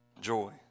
joy